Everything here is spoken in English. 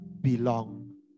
belong